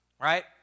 right